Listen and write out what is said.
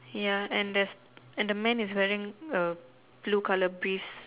ya and and the man is wearing a blue colour piece